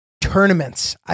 tournaments